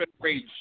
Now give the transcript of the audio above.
rage